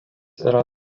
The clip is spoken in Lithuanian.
yra